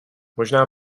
možná